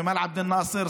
ג'מאל עבד אל-נאצר,